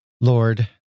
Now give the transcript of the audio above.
Lord